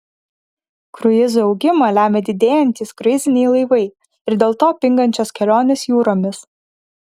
kruizų augimą lemia didėjantys kruiziniai laivai ir dėl to pingančios kelionės jūromis